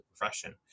profession